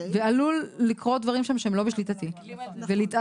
ועלולים לקרות שם דברים שהם לא בשליטתי ולהתארך,